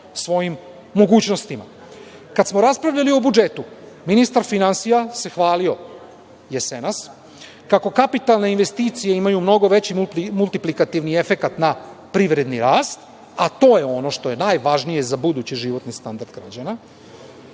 svojim mogućnostima. Kad smo raspravljali o budžetu, ministar finansija se hvalio jesenas kako kapitalne investicije imaju mnogo veći multiplikativni efekat na privredni rast, a to je ono što je najvažnije za budući životni standard građana.